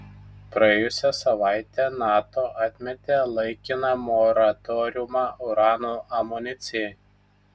praėjusią savaitę nato atmetė laikiną moratoriumą urano amunicijai